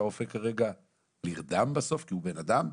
שהרופא כרגע נרדם בסוף, כי הוא בן אדם?